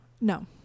no